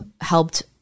helped